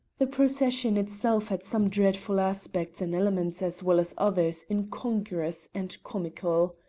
the procession itself had some dreadful aspects and elements as well as others incongruous and comical.